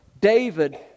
David